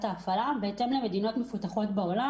ההפעלה בהתאם למדינות מפותחות בעולם.